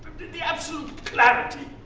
the absolute clarity,